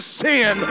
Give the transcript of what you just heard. sin